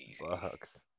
Bucks